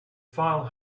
file